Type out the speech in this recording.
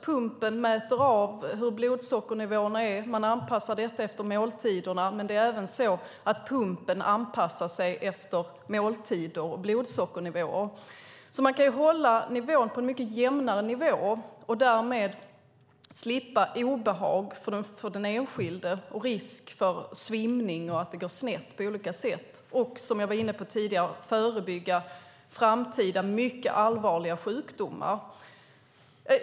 Pumpen mäter blodsockernivåer, och man anpassar detta efter måltiderna. Det är även så att pumpen anpassar sig efter måltider och blodsockernivåer. Man kan hålla sig på en mycket jämnare nivå och därmed slippa obehag för den enskilde och risk för svimning och att det ska gå snett på olika sätt. Man kan också, som jag var inne på tidigare, förebygga framtida mycket allvarliga sjukdomar.